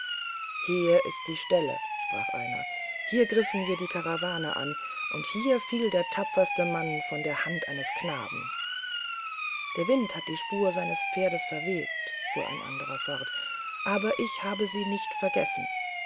hier ist die stelle sprach einer hier griffen wir die karawane an und hier fiel der tapferste mann von der hand eines knaben der wind hat die spuren seines pferdes verweht fuhr ein anderer fort aber ich habe sie nicht vergessen